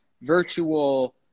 virtual